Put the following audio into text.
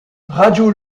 radio